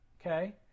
Okay